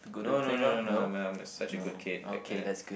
no no no no no I'm a I'm such a good kid back then